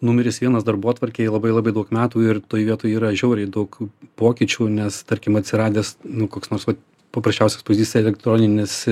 numeris vienas darbotvarkėj labai labai daug metų ir toj vietoj yra žiauriai daug pokyčių nes tarkim atsiradęs nu koks nors vat paprasčiausias pavyzdys elektroninis